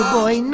boy